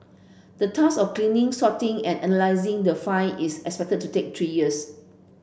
the task of cleaning sorting and analysing the find is expected to take three years